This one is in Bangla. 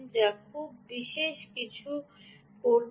যা খুব বিশেষ কিছু করছে